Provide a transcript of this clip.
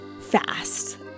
fast